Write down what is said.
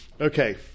Okay